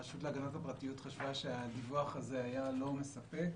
הרשות להגנת הפרטיות חשבה שהדיווח הזה היה לא מספק,